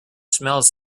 smells